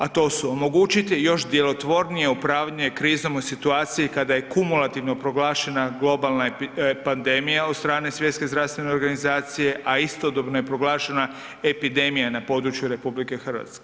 A to su: omogućiti još djelotvornije upravljanje krizom u situaciji kada je kumulativno proglašenje globalna pandemija od strane Svjetske zdravstvene organizacije, a istodobno je proglašena epidemija na području RH.